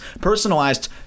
personalized